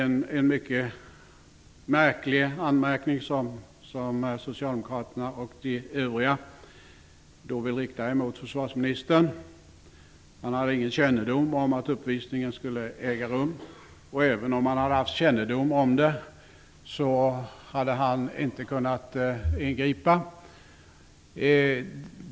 Det är en mycket märklig anmärkning som socialdemokraterna och de övriga vill rikta mot försvarsministern. Han hade ingen kännedom om att uppvisningen skulle äga rum. Även om han hade haft kännedom om det, hade han inte kunnat ingripa.